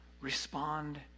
respond